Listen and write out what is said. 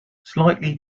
slightly